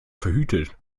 verhütet